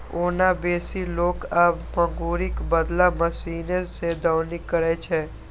ओना बेसी लोक आब मूंगरीक बदला मशीने सं दौनी करै छै